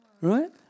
Right